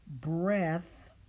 breath